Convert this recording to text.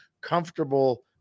comfortable